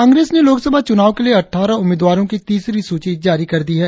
कांग्रेस ने लोकसभा चुनाव के लिए अट्ठारह उम्मीदवारों की तीसरी सूची जारी कर दी है